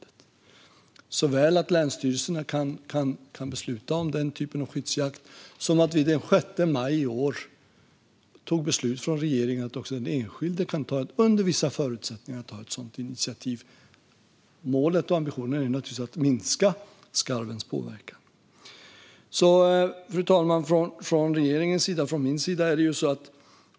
Det handlar både om att länsstyrelserna kan besluta om den typen av skyddsjakt och om att regeringen den 6 maj i år tog beslut om att också den enskilde under vissa förutsättningar kan ta ett sådant initiativ. Målet och ambitionen är att minska skarvens påverkan. Fru talman!